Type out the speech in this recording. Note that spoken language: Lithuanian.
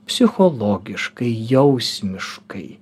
psichologiškai jausmiškai